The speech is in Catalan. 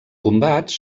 combats